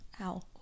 Ow